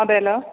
അതെല്ലോ